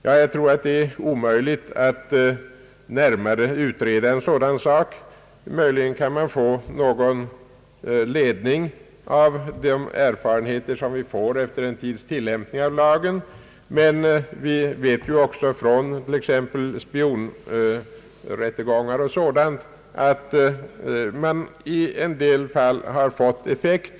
Jag tror att det är omöjligt att närmare utreda detta, men man kan möjligen få någon ledning av de erfarenheter vi kommer att få efter en tids tillämpning av lagen. Vi vet också från spionrättegångar och dylikt att man i en del fall vunnit effekt.